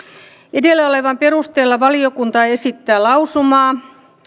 edellä olevan perusteella valiokunta esittää lausumaa